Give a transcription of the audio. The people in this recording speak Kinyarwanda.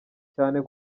cyane